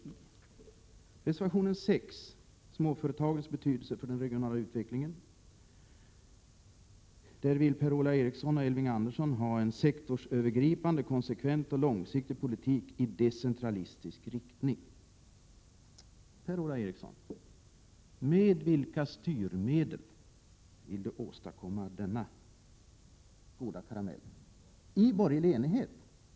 I reservation 6 om småföretagens betydelse för den regionala utvecklingen vill Per-Ola Eriksson och Elving Andersson ha en sektorsövergripande, konsekvent och långsiktig politik i decentralistisk riktning. Med vilka styrmedel vill då Per-Ola Eriksson åstadkomma denna goda karamell i borgerlig enighet?